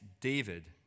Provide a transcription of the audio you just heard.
David